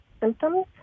symptoms